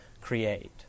create